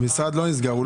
הוא לא נסגר.